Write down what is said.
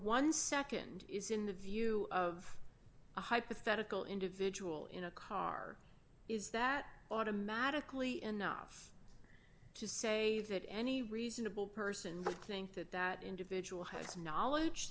one second is in the view of a hypothetical individual in a car is that automatically enough to say that any reasonable person would think that that individual has knowledge